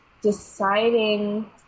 deciding